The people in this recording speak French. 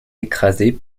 écrasée